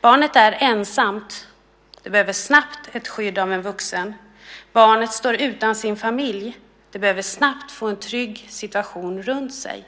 Barnet är ensamt och behöver snabbt ett skydd av en vuxen. Barnet står utan sin familj och behöver snabbt få en trygg situation runt sig.